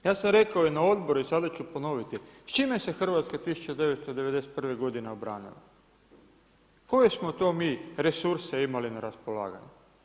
Ja sam rekao i na odboru i sada ću ponoviti, s čime se Hrvatska 1991. godine obranila, koje smo to mi resurse imali na raspolaganju.